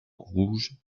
rouge